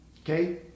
Okay